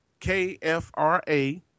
KFRA